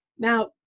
Now